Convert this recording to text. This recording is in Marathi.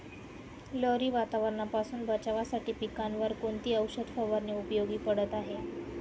लहरी वातावरणापासून बचावासाठी पिकांवर कोणती औषध फवारणी उपयोगी पडत आहे?